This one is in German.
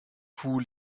kuh